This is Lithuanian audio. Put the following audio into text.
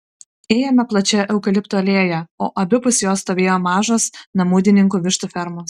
ėjome plačia eukaliptų alėja o abipus jos stovėjo mažos namudininkų vištų fermos